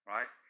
Right